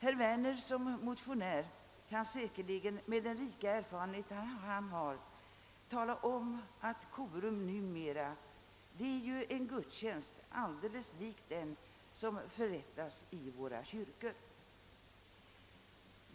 Herr Werner som motionär kan säkerligen med sin rika erfarenhet tala om att korum numera är en gudstjänst alldeles lik den som förrättas i våra kyrkor.